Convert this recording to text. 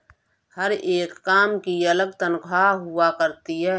हर एक काम की अलग तन्ख्वाह हुआ करती है